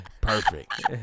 perfect